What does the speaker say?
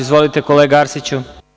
Izvolite, kolega Arsiću.